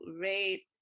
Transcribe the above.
rate